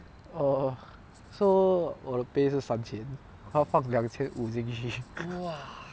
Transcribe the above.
err so 我的 pay 是三千他放两千五进去